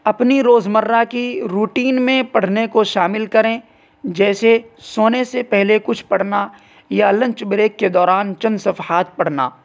اپنی روز مرہ کی روٹین میں پڑھنے کو شامل کریں جیسے سونے سے پہلے کچھ پڑھنا یا لنچ بریک کے دوران چند صفحات پڑھنا